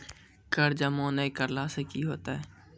कर जमा नै करला से कि होतै?